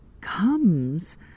comes